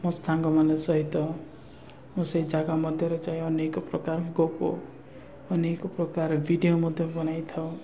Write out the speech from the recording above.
ମୋ ସାଙ୍ଗମାନେ ସହିତ ମୁଁ ସେଇ ଜାଗା ମଧ୍ୟରେ ଯାଇ ଅନେକ ପ୍ରକାର ଗପୁ ଅନେକ ପ୍ରକାର ଭିଡ଼ିଓ ମଧ୍ୟ ବନେଇଥାଉ